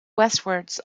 westwards